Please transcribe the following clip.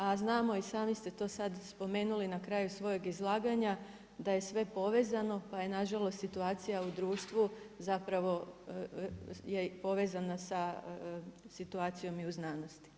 A znamo i sami ste to sada spomenuli na kraju svojeg izlaganja da je sve povezano, pa je na žalost situacija u društvu zapravo je povezana sa situacijom i u znanosti.